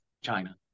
China